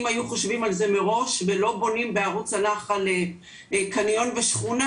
אם היו חושבים על זה מראש ולא בונים בערוץ הנחל קניון ושכונה,